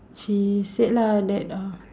she said lah that uh